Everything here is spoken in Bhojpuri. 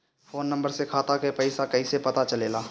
फोन नंबर से खाता के पइसा कईसे पता चलेला?